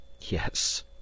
Yes